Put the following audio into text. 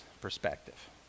perspective